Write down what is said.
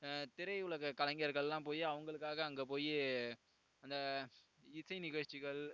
திரையுலக கலைஞர்கள்லாம் போய் அவங்களுக்காக அங்கே போய் அந்த இசை நிகழ்ச்சிகள்